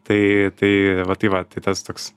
tai tai va tai va tai tas toks